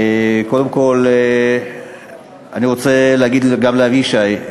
קודם כול, אני רוצה להגיד גם לאבישי: